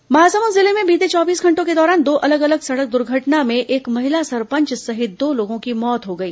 दर्घटना महासमुद जिले में बीते चौबीस घंटों के दौरान दो अलग अलग सड़क दुर्घटना में एक महिला सरपंच सहित दो लोगों की मौत हो गई